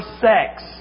sex